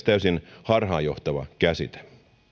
täysin harhaanjohtava käsite